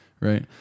right